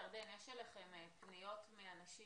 יש אליכם פניות מאנשים